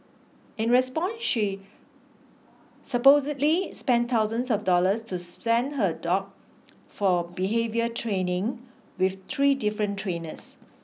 in response she supposedly spent thousands of dollars to send her dog for behaviour training with three different trainers